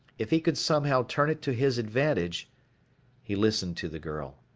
if he could somehow turn it to his advantage he listened to the girl.